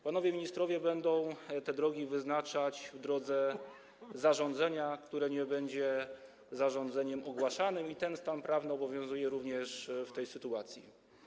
Panowie ministrowie będą wyznaczać te drogi w drodze zarządzenia, które nie będzie zarządzeniem ogłaszanym, i ten stan prawny obowiązuje również w tej sytuacji.